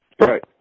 Right